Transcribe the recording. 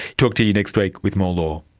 talk to you next week with more law